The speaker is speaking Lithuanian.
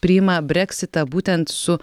priima breksitą būtent su